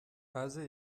aze